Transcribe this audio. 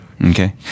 okay